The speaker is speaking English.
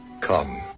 come